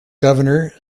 governor